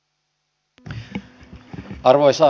arvoisa puhemies